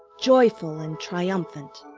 joyful and triumphant!